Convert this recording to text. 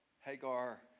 Hagar